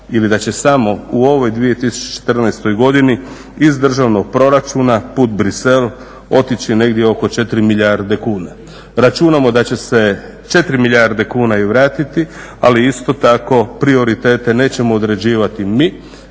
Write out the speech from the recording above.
ili da će samo u ovoj 2014. godini iz državnog proračuna put Bruxellesa otići negdje oko 4 milijarde kuna. Računamo da će se 4 milijarde kuna i vratiti, ali isto tako prioritete nećemo određivati mi,